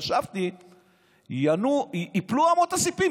וחשבתי שייפלו אמות הסיפים,